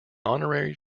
honorary